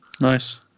Nice